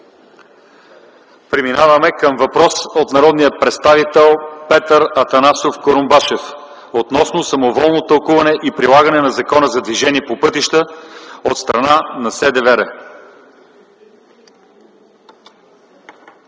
Преминаваме към въпрос от народния представител Петър Атанасов Курумбашев относно самоволно тълкуване и прилагане на Закона за движение по пътищата от страна на СДВР.